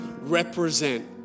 represent